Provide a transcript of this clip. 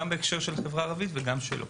גם בהקשר של החברה הערבית וגם בכלל.